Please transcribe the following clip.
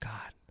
God